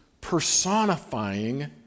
personifying